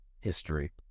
history